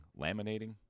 laminating